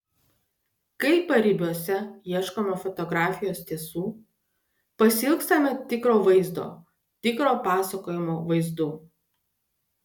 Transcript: kai paribiuose ieškome fotografijos tiesų pasiilgstama tikro vaizdo tikro pasakojimo vaizdu